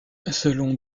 selon